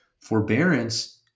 Forbearance